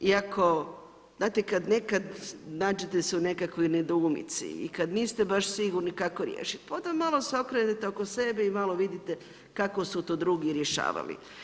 Iako, znate kad nekad nađete se u nekakvoj nedoumici i kad niste baš sigurni kako riješiti, pa onda malo se okrenete oko sebe i malo vidite kako su to drugi rješavali.